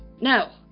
no